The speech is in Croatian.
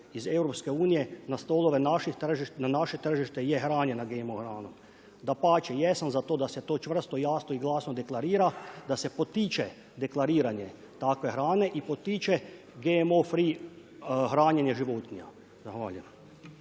iz EU na stolove na naše tržišta je hranjena GMO hranom. Dapače, jesam za to da se to čvrsto, jasno i glasno deklarira, da se potiče deklariranje takve hrane i potiče GMO free hranjenje životinja. Zahvaljujem.